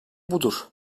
budur